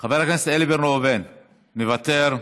חבר הכנסת איל בן ראובן, מוותר,